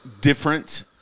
Different